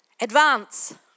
Advance